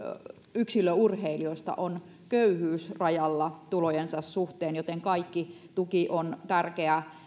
yksilöurheilijoista on köyhyysrajalla tulojensa suhteen joten kaikki tuki on tärkeää